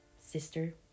sister